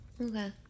Okay